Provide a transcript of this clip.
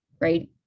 right